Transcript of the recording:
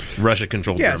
Russia-controlled